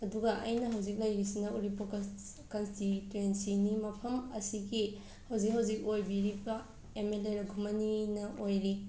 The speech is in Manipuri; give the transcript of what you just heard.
ꯑꯗꯨꯒ ꯑꯩꯅ ꯍꯧꯖꯤꯛ ꯂꯩꯔꯤꯁꯤꯅ ꯎꯔꯤꯄꯣꯛ ꯀꯟꯁ ꯀꯟꯁꯇꯤꯇ꯭ꯋꯦꯟꯁꯤꯅꯤ ꯃꯐꯝ ꯑꯁꯤꯒꯤ ꯍꯧꯖꯤꯛ ꯍꯧꯖꯤꯛ ꯑꯣꯏꯕꯤꯔꯤꯕ ꯑꯦꯝ ꯑꯦꯜ ꯑꯦ ꯔꯘꯨꯃꯅꯤꯅ ꯑꯣꯏꯔꯤ